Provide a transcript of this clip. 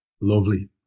Lovely